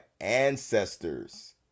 ancestors